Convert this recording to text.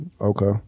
Okay